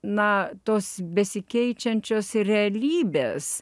na tos besikeičiančios realybės